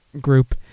group